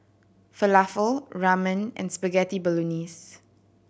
Falafel Ramen and Spaghetti Bolognese